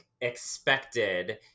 expected